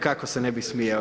Kako se ne bi smijao.